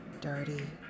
Dirty